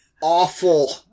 awful